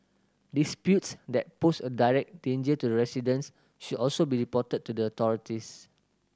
disputes that pose a direct danger to the residents should also be reported to the authorities